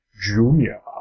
Junior